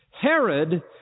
Herod